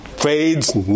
fades